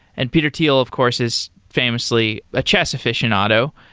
and peter thiel of course is famously a chess aficionado.